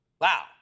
Wow